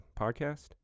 podcast